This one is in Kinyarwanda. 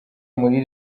muri